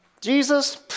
Jesus